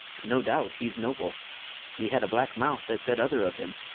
no doubt hee's noble he had a blacke mouth that said other of him